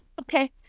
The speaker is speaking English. okay